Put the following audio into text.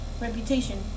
reputation